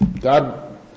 God